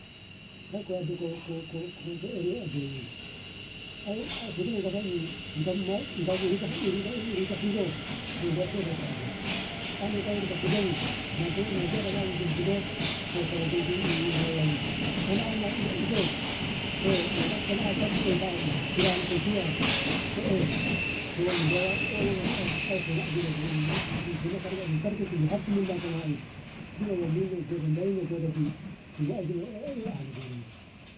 kar ku yadda ko ere a binmu ae fuzina gaɗani ga ruta fozo ka ande feti asir kade ka ina ruta fuzo bu na gona to kulu zui rayuwa mu sana'a na iko nanku sana'a ka rani ka juya ko ey towo minde wo wswfanna asir fana ka asir har mi har ka milako ma ey shi na goda dagai godashi na goda mahaifino